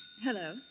Hello